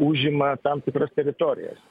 užima tam tikras teritorijas